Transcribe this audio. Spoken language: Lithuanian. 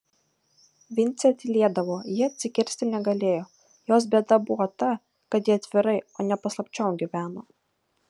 vincė tylėdavo ji atsikirsti negalėjo jos bėda buvo ta kad ji atvirai o ne paslapčiom gyveno